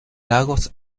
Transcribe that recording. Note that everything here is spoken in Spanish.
lagos